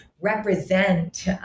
represent